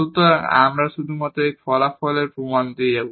সুতরাং আমরা শুধু এই ফলাফলের প্রমাণ দিয়ে যাব